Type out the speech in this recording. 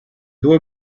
due